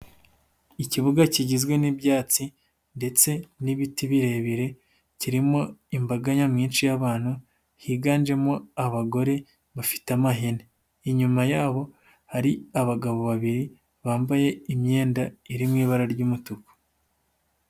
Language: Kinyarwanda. Ikibuga kigizwe n'ibyatsi ndetse n'ibiti birebire kirimo imbaga nyamwinshi y'abantu higanjemo abagore bafite amahene, inyuma yabo hari abagabo babiri bambaye imyenda iri mu ibara ry'umutuku.